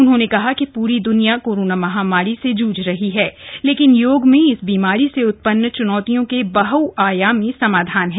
उन्होंने कहा कि प्री दुनिया कोरोना महामारी से जूझ रही है लेकिन योग में इस बीमारी से उत्पन्न च्नौतियों के बहआयामी समाधान हैं